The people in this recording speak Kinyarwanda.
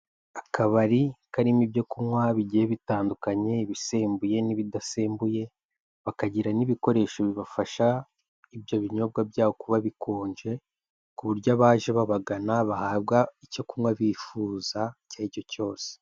Akabari karimo ibyo kunywa bigiye bitandukanyekanya ibisembuye n'ibidasembuye, bakagira n'ibikoresho bibafasha ibyo binyobwa byabo kuba bikonje, ku buryo abaje babagana bahabwa icyo kunywa bifuza icyo ari cyo cyose.